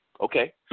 Okay